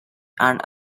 and